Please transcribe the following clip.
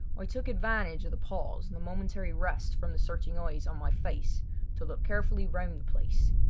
i took advantage of the pause and the momentary rest from the searching eyes on my face to look carefully round the place,